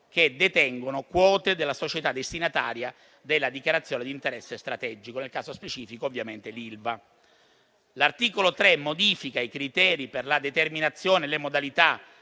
che detengono quote della società destinataria della dichiarazione di interesse strategico (nel caso specifico ovviamente l'Ilva). L'articolo 3 modifica i criteri per la determinazione delle modalità